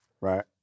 right